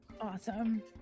awesome